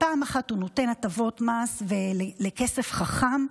פעם אחת הוא נותן הטבות מס וכסף חכם,